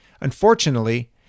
Unfortunately